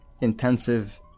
intensive